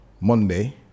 monday